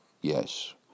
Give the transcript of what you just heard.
yes